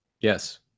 Yes